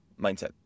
mindset